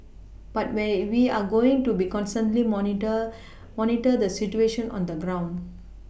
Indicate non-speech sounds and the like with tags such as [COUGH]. but we [HESITATION] we are going to be constantly monitor monitor the situation on the ground